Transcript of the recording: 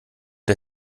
der